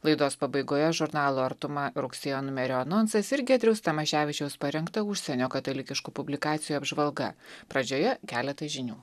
laidos pabaigoje žurnalo artuma rugsėjo numerio anonsas ir giedriaus tamoševičiaus parengta užsienio katalikiškų publikacijų apžvalga pradžioje keletas žinių